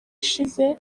ishize